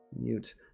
mute